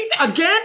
again